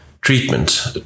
treatment